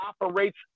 operates